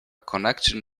connection